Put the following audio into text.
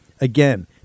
Again